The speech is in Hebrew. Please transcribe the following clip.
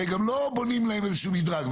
הרי גם לא בונים להם איזשהו מדרג.